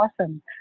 Awesome